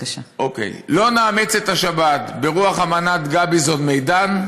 לא נאמץ את השבת ברוח אמנת גביזון-מדן,